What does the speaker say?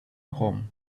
home